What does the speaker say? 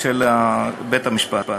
נשיא בית-המשפט,